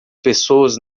pessoas